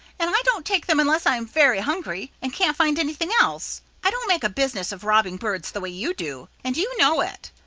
and i don't take them unless i am very hungry and can't find anything else. i don't make a business of robbing birds the way you do, and you know it.